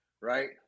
right